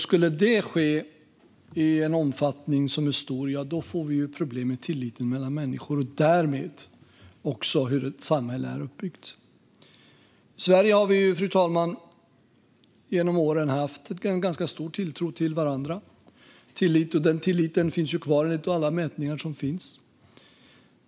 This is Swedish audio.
Skulle detta ske i stor omfattning skulle vi få problem med tilliten mellan människor och därmed också till hur samhället är uppbyggt. I Sverige har vi, fru talman, genom åren haft en ganska stor tilltro till varandra. Den tilliten finns ju kvar enligt alla mätningar som finns.